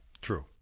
True